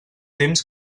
temps